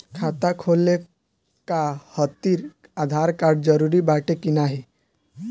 खाता खोले काहतिर आधार कार्ड जरूरी बाटे कि नाहीं?